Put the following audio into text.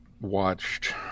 watched